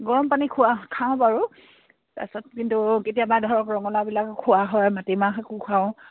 গৰম পানী খোৱা খাওঁ বাৰু তাৰপাছত কিন্তু কেতিয়াবা ধৰক ৰঙালাবিলাক খোৱা হয় মাটিমাহ একো খাওঁ